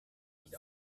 nicht